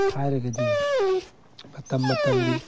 ꯍꯥꯏꯔꯒꯗꯤ ꯃꯇꯝ ꯃꯇꯝꯒꯤ